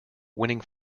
winning